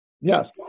Yes